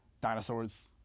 dinosaurs